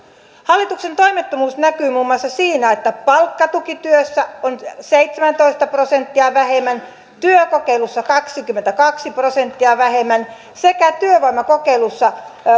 hallituksen toimettomuus näkyy muun muassa siinä että palkkatukityössä on seitsemäntoista prosenttia vähemmän työkokeilussa kaksikymmentäkaksi prosenttia vähemmän sekä työvoimakokeilussa